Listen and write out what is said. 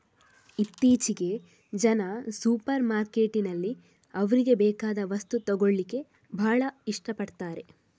ಇತ್ತೀಚೆಗೆ ಜನ ಸೂಪರ್ ಮಾರ್ಕೆಟಿನಲ್ಲಿ ಅವ್ರಿಗೆ ಬೇಕಾದ ವಸ್ತು ತಗೊಳ್ಳಿಕ್ಕೆ ಭಾಳ ಇಷ್ಟ ಪಡ್ತಾರೆ